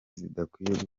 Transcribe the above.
zidakwiye